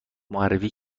معرفی